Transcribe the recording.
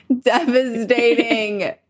Devastating